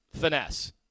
finesse